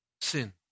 Sin